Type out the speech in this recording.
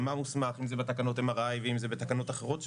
אם זה בתקנות MRI ואם זה בתקנות אחרות,